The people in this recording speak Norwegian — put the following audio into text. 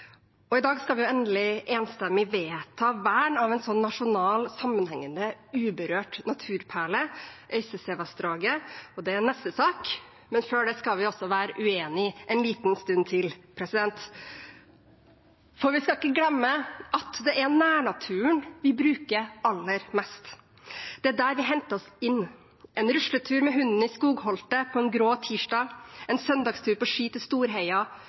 I dag skal vi endelig enstemmig vedta vern av en slik nasjonal, sammenhengende uberørt naturperle, Øystesevassdraget. Det er neste sak, men før det skal vi altså være uenige en liten stund til. Vi skal ikke glemme at det er nærnaturen vi bruker aller mest. Det er der vi henter oss inn – en rusletur med hunden i skogholtet en grå tirsdag, en søndagstur på ski til Storheia